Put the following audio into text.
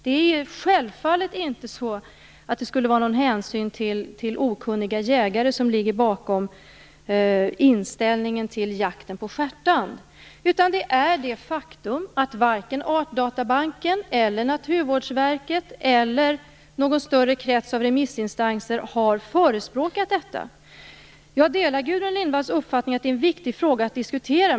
Det är självfallet inte någon hänsyn till okunniga jägare som ligger bakom inställningen till jakten på stjärtand. Det är i stället det faktum att varken Artdatabanken, Naturvårdsverket eller någon större krets av remissinstanser har förespråkat detta. Jag delar Gudruns Lindvalls uppfattning att det är en viktig fråga att diskutera.